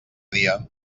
dia